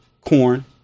corn